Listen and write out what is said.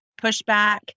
pushback